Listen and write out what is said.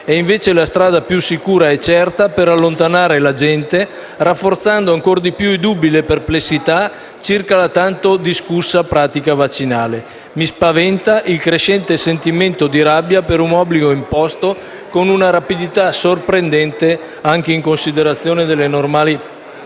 è, invece, la strada più sicura e certa per allontanare la gente, rafforzando ancor di più i dubbi e le perplessità circa la tanto discussa pratica vaccinale. Mi spaventa il crescente sentimento di rabbia per un obbligo imposto con una rapidità sorprendente, anche in considerazione dei normali